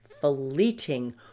fleeting